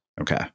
Okay